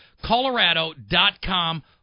Colorado.com